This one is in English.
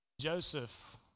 Joseph